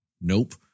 Nope